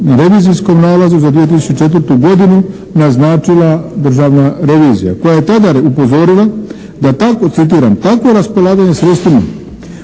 revizijskom nalazu za 2004. godinu naznačila državna revizija koja je tada upozorila citiram: "… da takvo raspolaganje sredstvima